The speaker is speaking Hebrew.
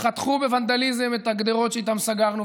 חתכו בוונדליזם את הגדרות שאיתן סגרנו,